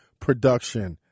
production